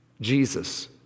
Jesus